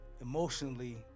Emotionally